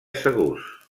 segurs